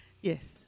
Yes